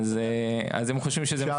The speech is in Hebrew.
הם חושבים שזה מסובך.